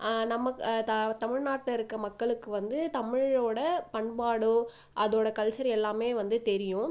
நம்ம தமிழ் நாட்டில் இருக்க மக்களும் வந்து தமிழோடய பண்பாடோ அதோடய கல்ச்சர் எல்லாமே வந்து தெரியும்